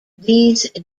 these